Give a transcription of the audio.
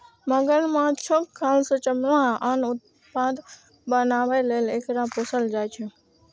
मगरमच्छक खाल सं चमड़ा आ आन उत्पाद बनाबै लेल एकरा पोसल जाइ छै